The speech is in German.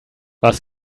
was